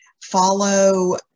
follow